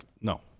no